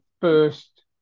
first